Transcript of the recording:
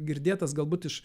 girdėtas galbūt iš